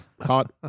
hot